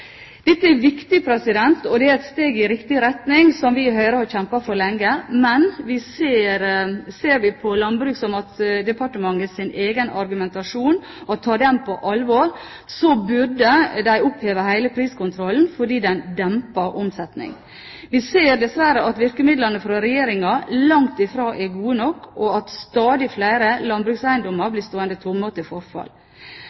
Dette er viktig, og det er et steg i riktig retning som vi i Høyre har kjempet for lenge. Men ser vi på Landbruks- og matdepartementets egen argumentasjon og tar den på alvor, burde de oppheve hele priskontrollen fordi den demper omsetning. Vi ser dessverre at virkemidlene fra Regjeringen langt ifra er gode nok, og at stadig flere landbrukseiendommer